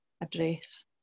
address